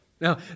Now